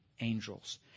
angels